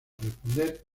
responder